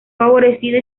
favorecido